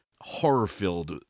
horror-filled